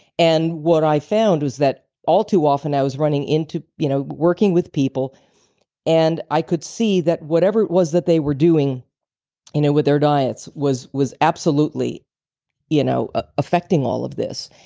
and what i found was that all too often i was running into. you know, working with people and i could see that whatever it was that they were doing you know with their diets was was absolutely you know ah effecting all of this.